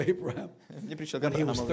Abraham